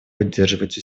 поддерживать